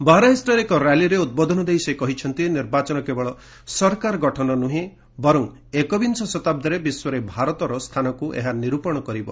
ବହରାଇଜ୍ଠାରେ ଏକ ର୍ୟାଲିରେ ଉଦ୍ବୋଧନ ଦେଇ ସେ କହିଛନ୍ତି ନିର୍ବାଚନ କେବଳ ସରକାର ଗଠନ ନ୍ଦୁହେଁ ଏକବିଂଶ ଶତାବ୍ଦୀରେ ବିଶ୍ୱର ଭାରତର ସ୍ଥାନକୁ ଏହା ନିରୂପଣ କରିବ